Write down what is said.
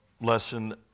lesson